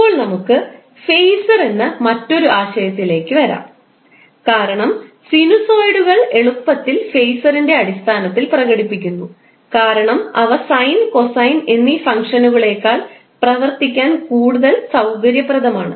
ഇപ്പോൾ നമുക്ക് ഫേസർ എന്ന മറ്റൊരു ആശയത്തിലേക്ക് വരാം കാരണം സിനുസോയിഡുകൾ എളുപ്പത്തിൽ ഫേസറിന്റെ അടിസ്ഥാനത്തിൽ പ്രകടിപ്പിക്കുന്നു കാരണം അവ സൈൻ കോസൈൻ എന്നീ ഫംഗ്ഷനുകളെക്കാൾ പ്രവർത്തിക്കാൻ കൂടുതൽ സൌകര്യപ്രദമാണ്